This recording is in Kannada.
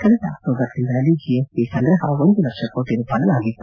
ಕಳೆದ ಅಕ್ಟೋಬರ್ ತಿಂಗಳಲ್ಲಿ ಜಿಎಸ್ಟಿ ಸಂಗ್ರಹ ಒಂದು ಲಕ್ಷ ಕೋಟಿ ರೂಪಾಯಿ ಆಗಿತ್ತು